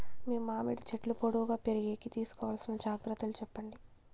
మేము మామిడి చెట్లు పొడువుగా పెరిగేకి తీసుకోవాల్సిన జాగ్రత్త లు చెప్పండి?